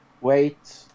wait